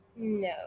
No